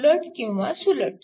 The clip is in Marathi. उलट किंवा सुलट